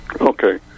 Okay